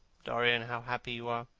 dorian, how happy you are!